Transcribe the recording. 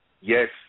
Yes